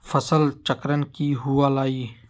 फसल चक्रण की हुआ लाई?